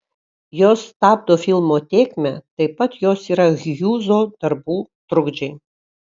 jos stabdo filmo tėkmę taip pat jos yra hjūzo darbų trukdžiai